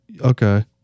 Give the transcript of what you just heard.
Okay